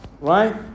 Right